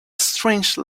strange